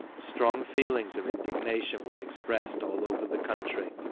strong feelings of indignation were expressed all over the country.